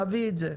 נביא את זה.